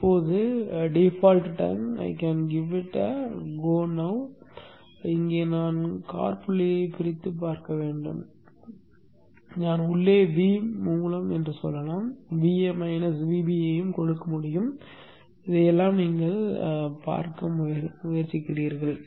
இப்போது முன்னிருப்பான நேரத்திற்கு ஒரு வாய்ப்பை கொடுக்கலாம் இங்கே நான் காற்புள்ளியை பிரித்து வைக்க வேண்டும் நான் உள்ளே V மூலம் என்று சொல்லலாம் Va minus Vb ஐயும் கொடுக்க முடியும் இதையெல்லாம் நீங்கள் பார்க்க முயற்சிக்கிறீர்கள்